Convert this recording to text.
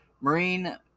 Marine